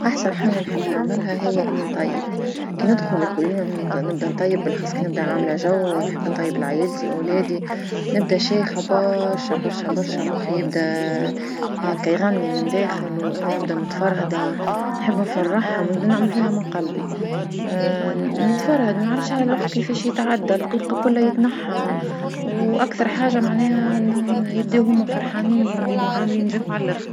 أحسن حاجة نحب نعملها هيا أني نطيب، كي ندخل للكوزينة ونبدا ونبدا نطيب بالأخص كنبدا عاملة جو ونحب نطيب لعائلتي وولادي نبدأ شايفة برشا برشا برشا مخي يبدأ هكا يغني من لداخل وانا نبدأ متفرهدة ونحب نفرحهوم نعمل فيها من قلبي، نتفرهد ما نعرفش على الوقت كفاش يتعدى القلق كلها يتنحى وأكثر حاجة معنها يبداو هما فرحانين وعاملين جو على لخر.